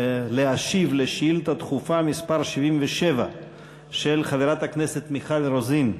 להשיב על שאילתה דחופה מס' 77 של חברת הכנסת מיכל רוזין.